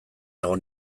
egon